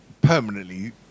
permanently